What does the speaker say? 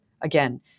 Again